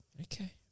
Okay